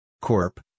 Corp